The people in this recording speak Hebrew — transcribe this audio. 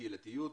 קהילתיות.